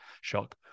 Shock